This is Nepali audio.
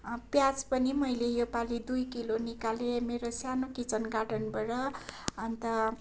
प्याज पनि मैले यो पालि दुई किलो निकालेँ मेरो सानो किचन गार्डनबाट अन्त